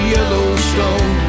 Yellowstone